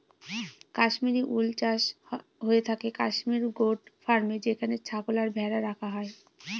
Kashmiri wool চাষ হয়ে থাকে কাশ্মির গোট ফার্মে যেখানে ছাগল আর ভেড়া রাখা হয়